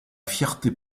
fierté